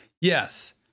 yes